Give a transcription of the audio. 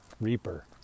reaper